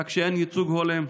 רק שאין ייצוג הולם.